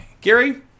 Gary